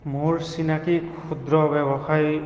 মোৰ চিনাকি ক্ষুদ্ৰ ব্যৱসায়ী